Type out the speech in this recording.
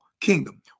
kingdom